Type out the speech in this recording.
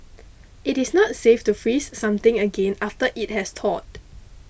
it is not safe to freeze something again after it has thawed